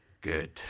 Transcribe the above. good